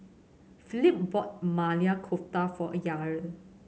Philip brought Kofta for Yair